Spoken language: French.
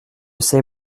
sais